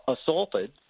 assaulted